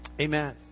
amen